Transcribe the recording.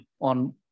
on